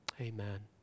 Amen